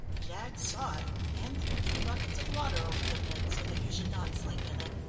jaggs saw it and threw two buckets of water over the bed, so that you should not sleep in it.